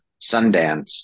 Sundance